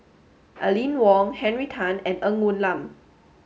Aline Wong Henry Tan and Ng Woon Lam